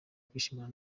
kwishimana